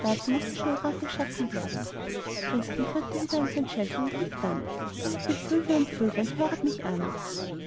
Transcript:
dazu mußte schnell rat geschafft werden christkind rührte wieder an sein schellchen und rief dann ihr vögel und vöglein höret mich an